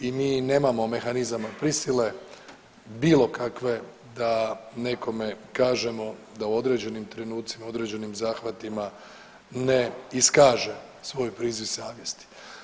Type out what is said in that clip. I mi nemamo mehanizama prisile bilo kakve da nekome kažemo da u određenim trenucima, određenim zahvatima ne iskaže svoj priziv savjesti.